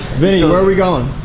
vinny, where are we going?